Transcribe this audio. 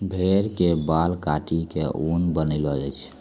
भेड़ के बाल काटी क ऊन बनैलो जाय छै